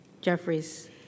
Jeffries